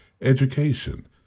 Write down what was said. Education